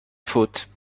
faute